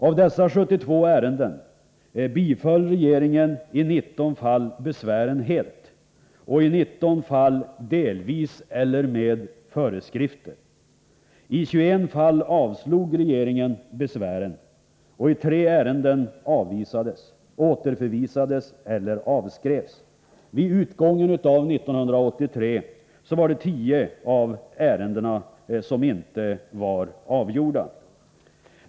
Av dessa 72 ärenden biföll regeringen i 19 fall besvären helt och i 19 fall delvis eller med föreskrifter. I 21 fall avslog regeringen besvären. 3 ärenden avvisades, återförvisades eller avskrevs. Vid utgången av 1983 var 10 av ärendena ej avgjorda.